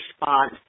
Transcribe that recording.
response